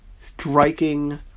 striking